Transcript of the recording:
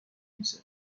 میشه